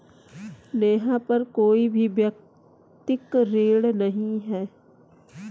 नेहा पर कोई भी व्यक्तिक ऋण नहीं है